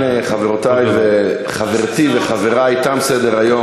אם כן, חברתי וחברי, תם סדר-היום.